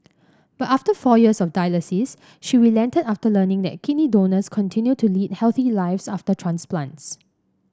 but after four years of dialysis she relented after learning that kidney donors continue to lead healthy lives after transplants